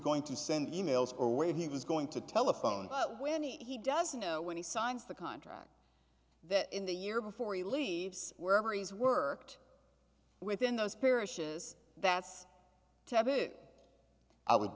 going to send emails or where he was going to telephone but when he doesn't know when he signs the contract that in the year before he leaves wherever he's worked within those parishes that's